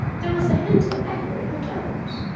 there was a hint of anger in her tones.